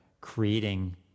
creating